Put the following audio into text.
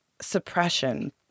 suppression